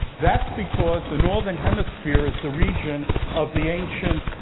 that's because the northern hemisphere is the region of the ancient